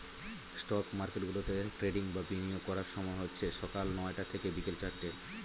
stock মার্কেটগুলোতে trading বা বিনিয়োগ করার সময় হচ্ছে সকাল নয়টা থেকে বিকেল চারটে